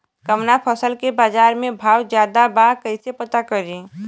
कवना फसल के बाजार में भाव ज्यादा बा कैसे पता करि?